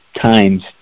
times